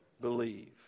believe